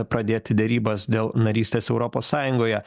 pradėti derybas dėl narystės europos sąjungoje